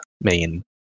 main